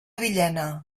villena